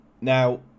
Now